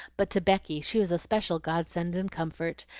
but to becky she was a special godsend and comfort,